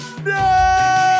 No